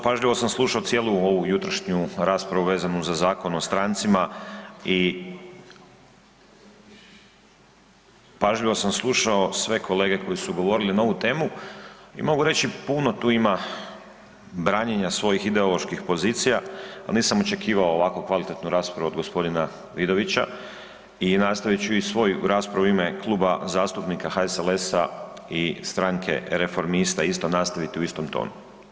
Pažljivo sam slušao cijelu ovu jutrošnju raspravu vezanu za Zakon o strancima i pažljivo sam slušao sve kolege koji su govorili na ovu temu i mogu reći puno tu ima branjenja svojih ideoloških pozicija, al nisam očekivao ovako kvalitetnu raspravu od gospodina Vidovića i nastavit ću i svoju raspravu u ime Kluba zastupnika HSLS-a i Strane reformista isto nastaviti u istom tonu.